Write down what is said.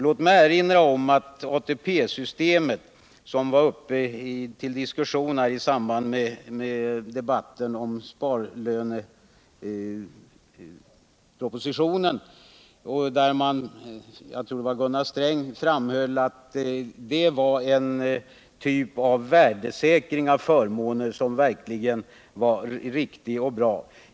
När propositionen om lönesparande var uppe till debatt, framhöll Gunnar Sträng att ATP-systemet verkligen var en riktig och bra typ av värdesäkring av förmåner.